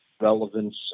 relevance